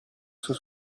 sul